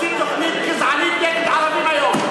שהוציא תוכנית גזענית נגד ערבים היום.